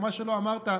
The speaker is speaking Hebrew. או מה שלא אמרת,